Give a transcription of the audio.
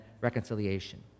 reconciliation